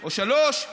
או שלוש,